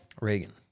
Reagan